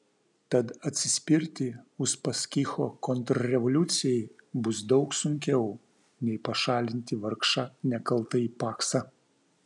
tad atsispirti uspaskicho kontrrevoliucijai bus daug sunkiau nei pašalinti vargšą nekaltąjį paksą